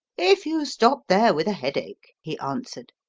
if you stop there with a headache, he answered,